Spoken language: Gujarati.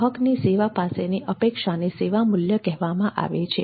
ગ્રાહકની સેવા પાસેની અપેક્ષાને સેવા મૂલ્ય કહેવામાં આવે છે